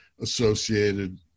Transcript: associated